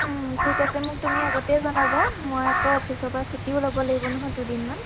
ঠিক আছে মোক তুমি আগতেই জনাবা মই আকৌ অফিচৰ পৰা ছুটিও ল'ব লাগিব নহয় দুদিনমান